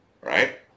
right